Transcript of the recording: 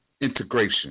integration